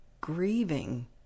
grieving